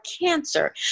cancer